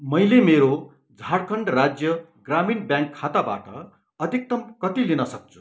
मैले मेरो झारखण्ड राज्य ग्रामिण ब्याङ्क खाताबाट अधिकतम कति लिन सक्छु